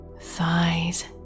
thighs